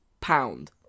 pound